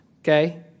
okay